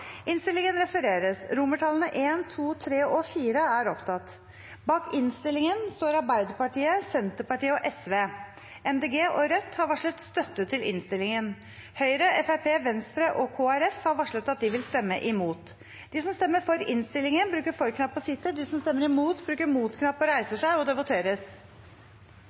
innstillingen står Arbeiderpartiet, Senterpartiet og Sosialistisk Venstreparti. Miljøpartiet De Grønne og Rødt har varslet støtte til innstillingen. Høyre, Fremskrittspartiet, Venstre og Kristelig Folkeparti har varslet at de vil stemme imot. Det voteres